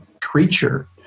creature